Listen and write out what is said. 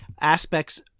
aspects